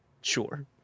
Sure